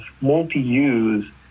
multi-use